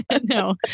no